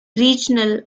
regional